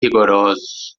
rigorosos